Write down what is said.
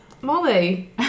Molly